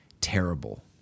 terrible